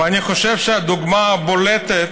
אני חושב שהדוגמה הבולטת